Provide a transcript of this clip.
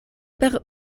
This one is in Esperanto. per